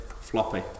floppy